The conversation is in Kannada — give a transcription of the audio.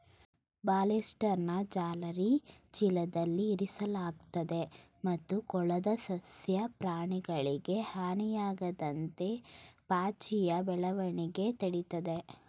ಬಾರ್ಲಿಸ್ಟ್ರಾನ ಜಾಲರಿ ಚೀಲದಲ್ಲಿ ಇರಿಸಲಾಗ್ತದೆ ಮತ್ತು ಕೊಳದ ಸಸ್ಯ ಪ್ರಾಣಿಗಳಿಗೆ ಹಾನಿಯಾಗದಂತೆ ಪಾಚಿಯ ಬೆಳವಣಿಗೆ ತಡಿತದೆ